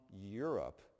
Europe